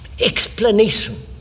explanation